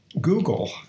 Google